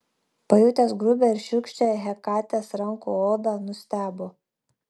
pajutęs grubią ir šiurkščią hekatės rankų odą nustebo